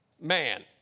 man